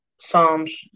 Psalms